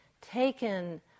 taken